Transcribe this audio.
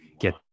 get